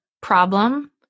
problem